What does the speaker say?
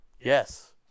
Yes